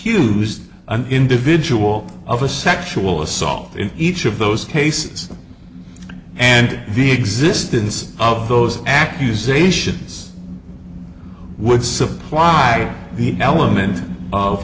used an individual of a sexual assault in each of those cases and the existence of those accusations would supply the element of